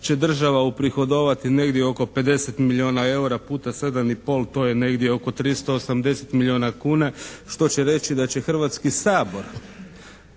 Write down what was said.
će država uprihodovati negdje oko 50 milijuna eura puta sedam i pol, to je negdje oko 380 milijuna kuna što će reći da će Hrvatski sabor